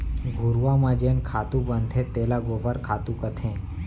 घुरूवा म जेन खातू बनथे तेला गोबर खातू कथें